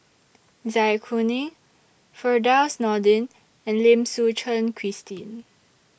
Zai Kuning Firdaus Nordin and Lim Suchen Christine